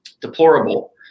deplorable